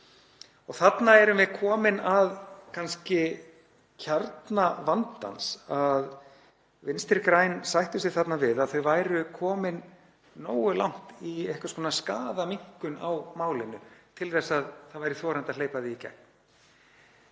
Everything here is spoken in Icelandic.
Þarna erum við komin að kjarna vandans; Vinstri græn sættu sig þarna við að þau væru komin nógu langt í einhvers konar skaðaminnkun á málinu til að það væri þorandi að hleypa því í gegn.